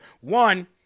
One